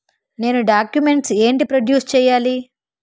నేను డాక్యుమెంట్స్ ఏంటి ప్రొడ్యూస్ చెయ్యాలి?